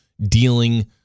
dealing